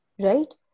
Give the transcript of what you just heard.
Right